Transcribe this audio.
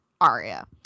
Aria